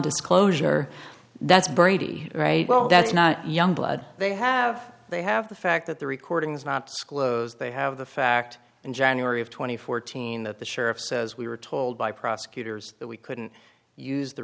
disclosure that's brady right well that's not youngblood they have they have the fact that the recordings not disclosed they have the fact in january of two thousand and fourteen that the sheriff says we were told by prosecutors that we couldn't use the